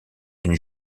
d’une